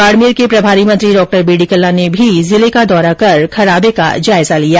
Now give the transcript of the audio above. बाड़मेर के प्रभारी मंत्री डॉ बीडी कल्ला ने भी जिले का दौरा कर खराबे का जायजा लिया